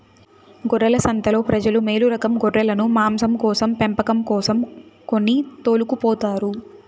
గొర్రెల సంతలో ప్రజలు మేలురకం గొర్రెలను మాంసం కోసం పెంపకం కోసం కొని తోలుకుపోతారు